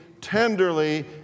Tenderly